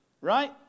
right